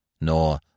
Nor